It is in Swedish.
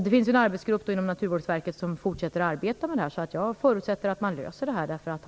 Det finns en arbetsgrupp inom Naturvårdsverket som fortsätter att arbeta med detta. Jag förutsätter att man löser problemet.